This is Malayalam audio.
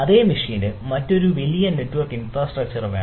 അതേ മെഷീനിൽ മറ്റൊരു വലിയ നെറ്റ്വർക്ക് ഇൻഫ്രാസ്ട്രക്ചർ വേണം